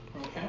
Okay